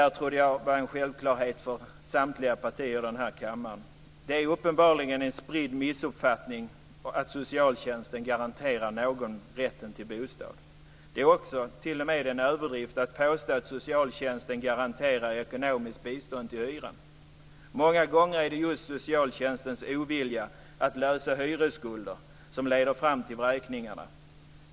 Jag trodde att detta var en självklarhet för samtliga partier i kammaren. Det är uppenbarligen en spridd missuppfattning att socialtjänsten garanterar någon rätten till en bostad. Det är också en överdrift att påstå att socialtjänsten garanterar ekonomiskt bistånd till hyran. Många gånger är det just socialtjänstens ovilja att lösa hyresskulder som leder fram till vräkningarna.